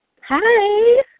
Hi